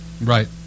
right